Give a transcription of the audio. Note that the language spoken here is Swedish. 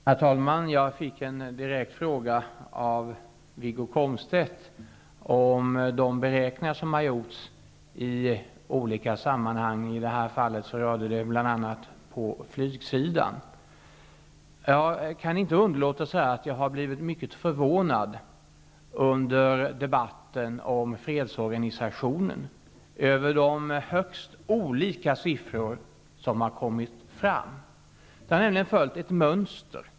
Herr talman! Jag fick en direkt fråga av Wiggo Komstedt om de beräkningar som har gjorts i olika sammanhang. I detta fall rörde det bl.a. flygsidan. Jag kan inte underlåta att säga att jag, under debatten om fredsorganisationen, har blivit mycket förvånad över de högst olika siffror som har kommit fram. De har nämligen följt ett mönster.